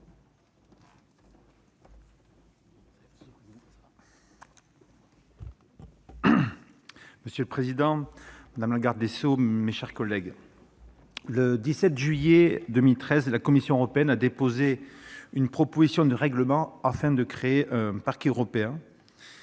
Monsieur le président, madame la garde des sceaux, mes chers collègues, le 17 juillet 2013, la Commission européenne a déposé une proposition de règlement afin de créer un Parquet européen,